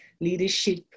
Leadership